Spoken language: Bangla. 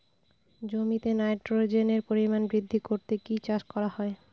জমিতে নাইট্রোজেনের পরিমাণ বৃদ্ধি করতে কি চাষ করা হয়?